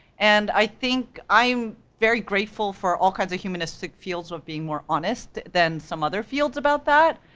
and i think i'm very grateful for all kinds of humanistic fields of being more honest than some other fields about that.